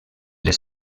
les